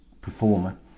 performer